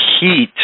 heat